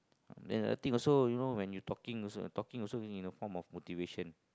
then I think also you know when you talking also I talking also you know a form of motivation